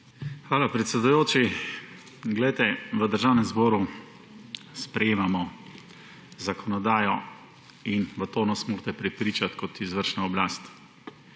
Hvala, predsedujoči. V Državnem zboru sprejemamo zakonodajo in v to nas morate prepričati kot izvršno oblast.